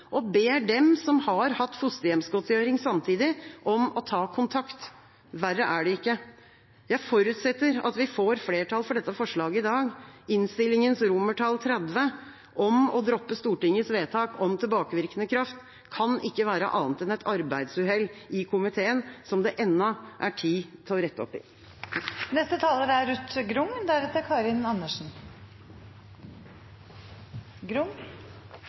og ber dem som har hatt fosterhjemsgodtgjøring samtidig, om å ta kontakt. Verre er det ikke. Jeg forutsetter at vi får flertall for dette forslaget i dag. Innstillingens forslag til vedtak XXX, om å droppe Stortingets vedtak om tilbakevirkende kraft, kan ikke være annet enn et arbeidsuhell i komiteen som det ennå er tid til å rette opp i. På de fleste områder i samfunnet går tallet på ulykker og omkomne ned, men det er